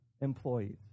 employees